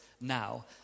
now